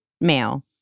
male